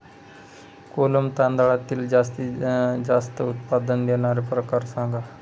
कोलम तांदळातील जास्त उत्पादन देणारे प्रकार सांगा